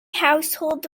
household